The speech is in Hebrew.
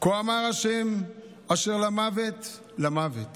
כה אמר ה' אשר למוֶת למוֶת